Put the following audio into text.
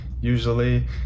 usually